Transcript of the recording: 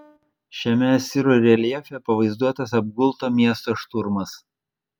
šiame asirų reljefe pavaizduotas apgulto miesto šturmas